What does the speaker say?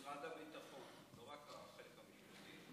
משרד הביטחון, לא רק הכשל המשפטי.